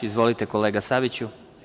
Izvolite kolega Saviću.